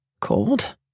Cold